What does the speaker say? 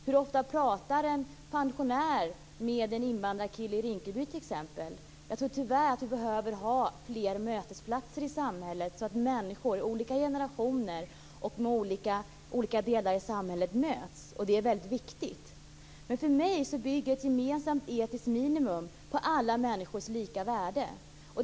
Hur ofta pratar en pensionär med en invandrarkille i Rinkeby t.ex.? Jag tror tyvärr att vi behöver ha fler mötesplatser i samhället så att människor från olika generationer och från olika delar av samhället möts. Detta är väldigt viktigt. För mig bygger ett gemensamt etiskt minimum på alla människors lika värde.